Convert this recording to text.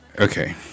Okay